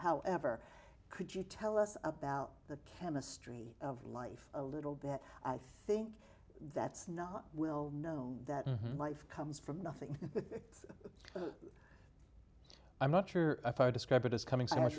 however could you tell us about the chemistry of life a little bit i think that's not we'll know that life comes from nothing but i'm not sure if i describe it as coming so much